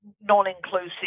non-inclusive